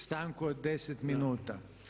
Stanku od 10 minuta.